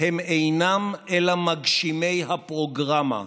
הם אינם אלא מגשימי הפרוגרמה.